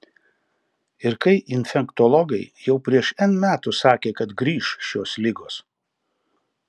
ir kai infektologai jau prieš n metų sakė kad grįš šios ligos